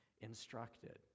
instructed